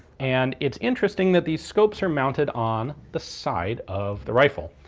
and it's interesting that these scopes are mounted on the side of the rifle.